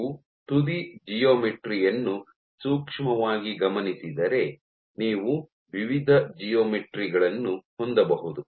ನೀವು ತುದಿ ಜಿಯೋಮೆಟ್ರಿ ಯನ್ನು ಸೂಕ್ಷ್ಮವಾಗಿ ಗಮನಿಸಿದರೆ ನೀವು ವಿವಿಧ ಜಿಯೋಮೆಟ್ರಿ ಗಳನ್ನು ಹೊಂದಬಹುದು